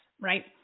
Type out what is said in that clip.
right